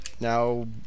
Now